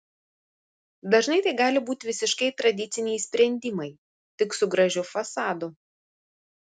dažnai tai gali būti visiškai tradiciniai sprendimai tik su gražiu fasadu